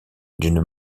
d’une